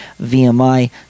VMI